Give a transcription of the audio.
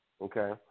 Okay